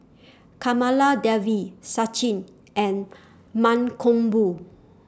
Kamaladevi Sachin and Mankombu